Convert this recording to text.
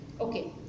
Okay